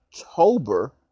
October